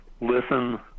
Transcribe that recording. listen